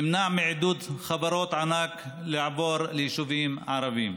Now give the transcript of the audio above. נמנע מעידוד חברות ענק לעבור ליישובים הערביים.